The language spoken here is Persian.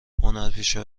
هنرپیشه